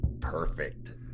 perfect